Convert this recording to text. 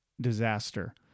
disaster